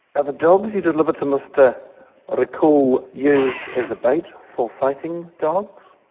are the dogs you deliver to mr ah ricule used as a bait for fighting dogs?